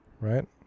right